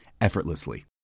effortlessly